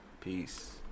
peace